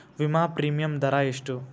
ವಿಮಾ ಪ್ರೀಮಿಯಮ್ ದರಾ ಎಷ್ಟು?